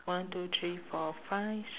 one two three four five